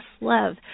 love